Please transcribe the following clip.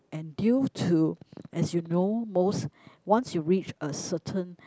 and due to as you know most once you reach a certain